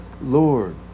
Lord